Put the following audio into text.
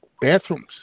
bathrooms